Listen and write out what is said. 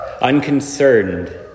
unconcerned